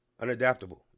Unadaptable